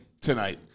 tonight